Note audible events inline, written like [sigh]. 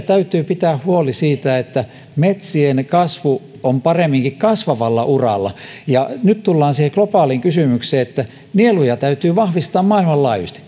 [unintelligible] täytyy pitää huoli siitä että metsien kasvu on paremminkin kasvavalla uralla ja nyt tullaan siihen globaaliin kysymykseen että nieluja täytyy vahvistaa maailmanlaajuisesti [unintelligible]